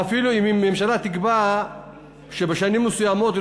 ואפילו אם הממשלה תקבע שבשנים מסוימות היא